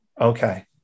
Okay